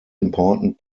important